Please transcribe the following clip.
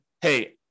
hey